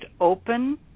open